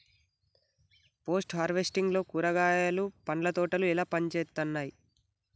Post harvesting లో కూరగాయలు పండ్ల తోటలు ఎట్లా పనిచేత్తనయ్?